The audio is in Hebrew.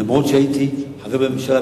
אפילו שהייתי חבר בממשלה,